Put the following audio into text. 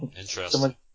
Interesting